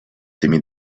tymi